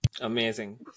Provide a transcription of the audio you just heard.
Amazing